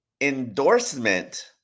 endorsement